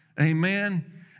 amen